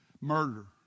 murder